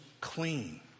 clean